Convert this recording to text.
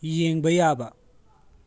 ꯌꯦꯡꯕ ꯌꯥꯕ